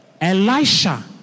Elisha